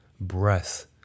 breath